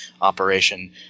operation